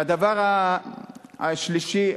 והדבר השלישי,